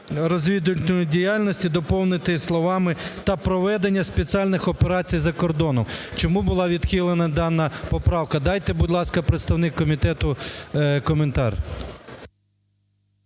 "розвідувальної діяльності" доповнити словами "та проведення спеціальних операцій за кордоном" . Чому була відхилена дана поправка? Дайте, будь ласка, представник комітету коментар.